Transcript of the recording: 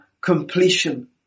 completion